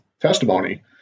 testimony